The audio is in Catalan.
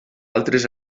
altres